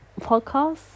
podcast